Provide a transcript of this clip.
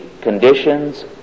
conditions